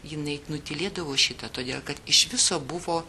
jinai nutylėdavo šitą todėl kad iš viso buvo